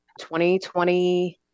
2020